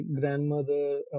grandmother